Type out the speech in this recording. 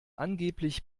angeblich